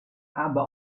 aber